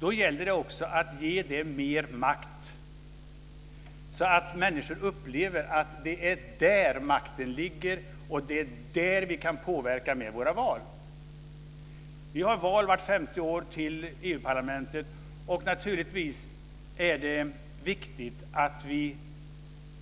Då gäller det också att ge det mer makt, så att människor upplever att det är där makten ligger och att det är där vi kan påverka via val. Det är val vart femte år till EU-parlamentet. Naturligtvis är det viktigt att vi